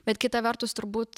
bet kita vertus turbūt